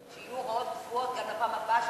שיהיו הוראות קבועות גם לפעם הבאה,